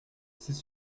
c’est